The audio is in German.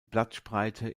blattspreite